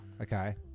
okay